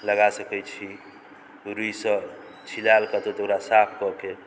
लगा सकैत छी रूइसँ छिलाएल के तऽ तऽ ओकरा साफ कऽ के